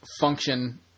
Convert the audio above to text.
function